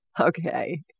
Okay